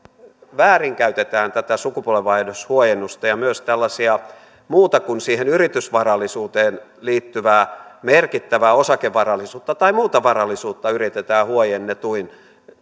väärinkäytetään tätä sukupolvenvaihdoshuojennusta ja myös tällaista muuta kuin siihen yritysvarallisuuteen liittyvää merkittävää osakevarallisuutta tai muuta varallisuutta yritetään huojennetuin